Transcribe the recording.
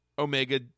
Omega